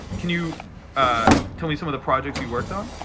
can you tell me some of the projects you worked on?